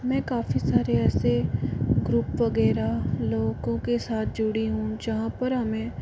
मैं काफ़ी सारे ऐसे ग्रुप वगैरह लोगों के साथ जुड़ी हूँ जहाँ पर हमें